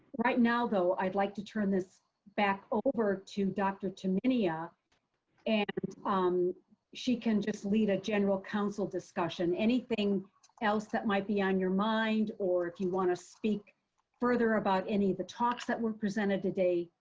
right now though i'd like to turn this back over to dr. tumminia and um she can just lead a general council discussion. anything else that might be on your mind, or if you want to speak further about any of the talks that were presented today,